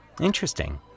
Interesting